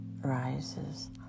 rises